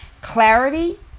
Clarity